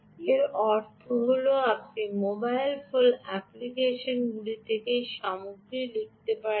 এর অর্থ হল আপনি মোবাইল ফোন অ্যাপ্লিকেশন থেকে সামগ্রী লিখতে পারেন